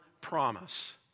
promise